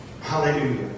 Hallelujah